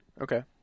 Okay